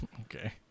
Okay